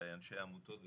לאנשי העמותות.